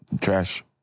Trash